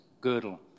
girdle